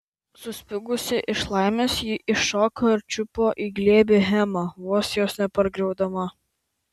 suspigusi iš laimės ji iššoko ir čiupo į glėbį hemą vos jos nepargriaudama